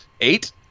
Eight